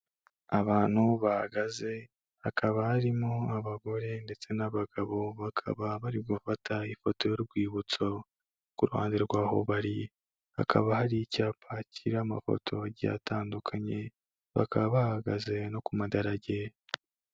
Abantu bahagaze, hakaba harimo abagore ndetse n'abagabo bakaba bari gufata ifoto y'urwibutso, ku ruhande rw'aho bari hakaba hari icyapa kiriho amafoto agiye atandukanye, bakaba bahagaze no ku madarage.